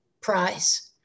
prize